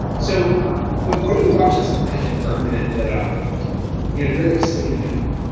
so before you watch this, imagine for a minute that ah um you know you're like sitting at home,